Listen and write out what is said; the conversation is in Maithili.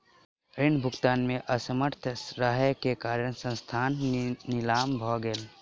ऋण भुगतान में असमर्थ रहै के कारण संस्थान नीलाम भ गेलै